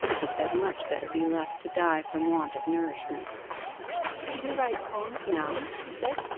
which had much better be left to die from want of nourishment do you write poems now she said.